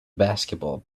basketball